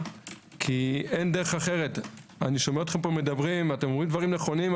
הוא ייתן לכם תיאוריה מעניינת.